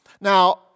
Now